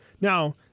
Now